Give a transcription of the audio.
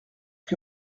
que